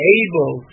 able